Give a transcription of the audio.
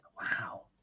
Wow